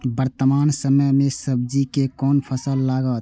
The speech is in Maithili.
वर्तमान समय में सब्जी के कोन फसल लागत?